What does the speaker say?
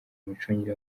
micungire